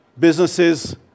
businesses